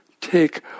take